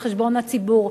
על חשבון הציבור.